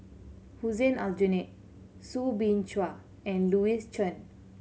Hussein Aljunied Soo Bin Chua and Louis Chen